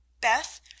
Beth